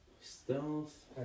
Stealth